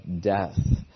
death